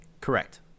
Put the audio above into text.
Correct